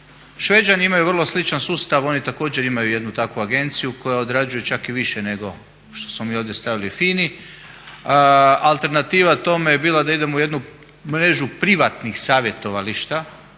Šveđani imaju vrlo sličan sustav, oni također imaju jednu takvu agenciju koja odrađuje čak i više nego što smo mi ovdje stavili FINA-i. Alternativa tome je bila da idemo u jednu mrežu privatnih savjetovališta